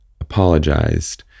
apologized